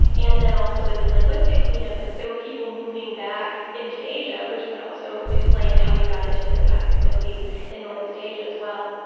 and then also with the linguistics we know that there were people moving back into asia which would also explain how you got to really high frequencies in north-east asia as well.